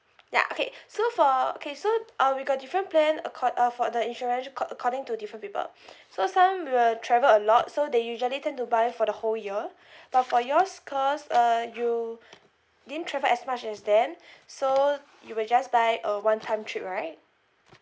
ya okay so for okay so uh we got different plan accord~ uh for the insurance accord according to different people so some will travel a lot so they usually tend to buy for the whole year but for yours cause uh you didn't travel as much as them so you will just buy a one time trip right